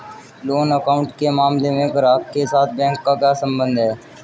Loan account के मामले में ग्राहक के साथ बैंक का क्या संबंध है?